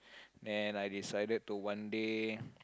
and I decided to one day